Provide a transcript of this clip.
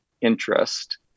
interest